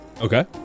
Okay